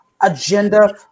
agenda